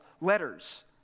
letters